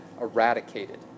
eradicated